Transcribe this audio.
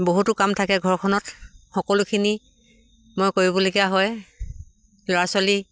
বহুতো কাম থাকে ঘৰখনত সকলোখিনি মই কৰিবলগীয়া হয় ল'ৰা ছোৱালী